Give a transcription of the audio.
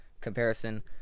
comparison